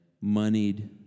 moneyed